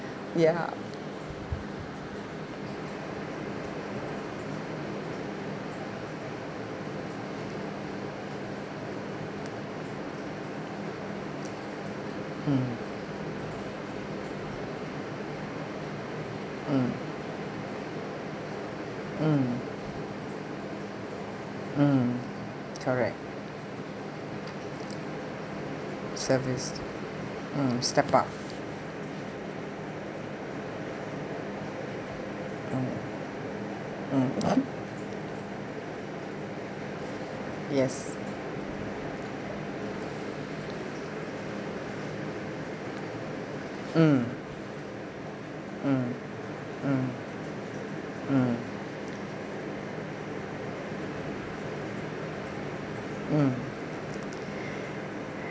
ya um correct service um step out um yes um